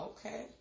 Okay